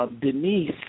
Denise